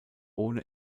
ohne